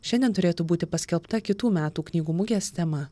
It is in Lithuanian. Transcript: šiandien turėtų būti paskelbta kitų metų knygų mugės tema